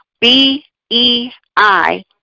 B-E-I